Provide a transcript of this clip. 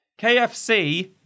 KFC